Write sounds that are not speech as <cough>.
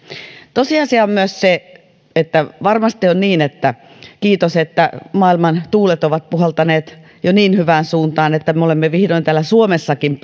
tosiasia on myös se että varmasti on niin että kiitos sen että maailman tuulet ovat puhaltaneet jo niin hyvään suuntaan me olemme vihdoin täällä suomessakin <unintelligible>